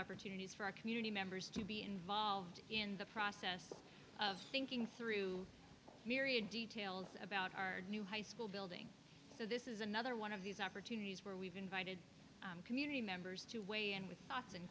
opportunities for our community members to be involved in the process of thinking through myriad details about our new high school building so this is another one of these opportunities where we've invited community members to weigh in with